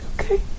Okay